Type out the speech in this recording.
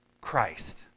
Christ